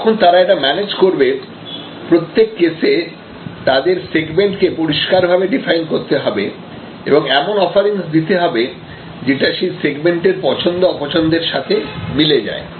যখন তারা এটা ম্যানেজ করবে প্রত্যেক কেসে তাদের সেগমেন্টকে পরিষ্কারভাবে ডিফাইন করতে হবে এবং এমন অফারিংস দিতে হবে যেটা সেই সেগমেন্টের পছন্দ অপছন্দের সাথে মিলে যায়